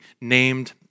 named